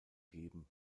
geben